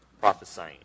prophesying